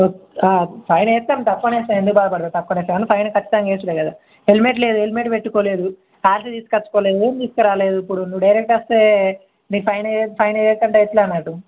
fine వేస్తాను తప్పుదు fine వేస్తాను ఎందుకు బాగా పడదు తక్కువ వేస్తా కానీ ఫైన్ ఖచ్చితంగా నేర్చుకోవాలి కదా హెల్మెట్ లేదు హెల్మెట్ పెట్టుకోలేదు ఆర్సీ తీసుకుని ఉంచుకోలేదు ఎం తీసుకు రాలేదు ఇప్పుడు నువ్వు డైరెక్ట్ ఫైన్ వెయ్యద్దు ఫైన్ వెయ్యద్దు అంటే ఎలా నాకు